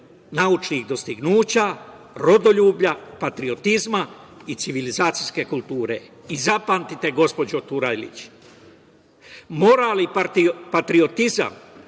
naučnih dostignuća, rodoljublja, patriotizma i civilizacijske kulture. Zapamtite, gospođo Turajlić, moral i patriotizam